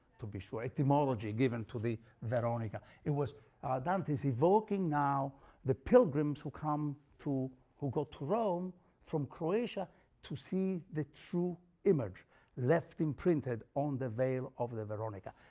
to be sure etymology given to the veronica. it was dante's evoking now the pilgrims who come to who go to rome from croatia to see the true image left imprinted on the veil of the veronica.